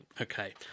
Okay